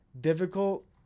difficult